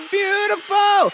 beautiful